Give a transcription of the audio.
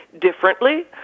differently